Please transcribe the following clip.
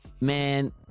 Man